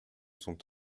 sont